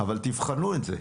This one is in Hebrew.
אבל תבחנו את זה.